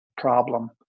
problem